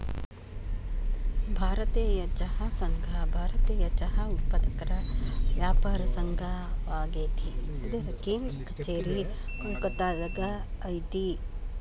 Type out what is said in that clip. ಭಾರತೇಯ ಚಹಾ ಸಂಘ ಭಾರತೇಯ ಚಹಾ ಉತ್ಪಾದಕರ ವ್ಯಾಪಾರ ಸಂಘವಾಗೇತಿ ಇದರ ಕೇಂದ್ರ ಕಛೇರಿ ಕೋಲ್ಕತ್ತಾದಾಗ ಐತಿ